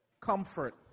comfort